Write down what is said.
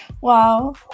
wow